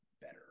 better